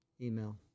email